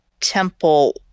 temple